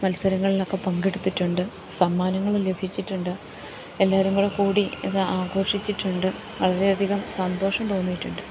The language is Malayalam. മത്സരങ്ങളിലൊക്കെ പങ്കെടുത്തിട്ടുണ്ട് സമ്മാനങ്ങൾ ലഭിച്ചിട്ടുണ്ട് എല്ലാവരും കൂടെക്കൂടി ഇത് ആഘോഷിച്ചിട്ടുണ്ട് വളരെയധികം സന്തോഷം തോന്നിയിട്ടുണ്ട്